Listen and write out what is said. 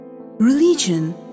Religion